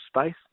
space